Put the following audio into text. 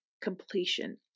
completion